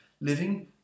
living